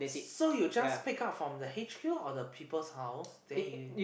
so you just pick up from the H_Q or the people's house then you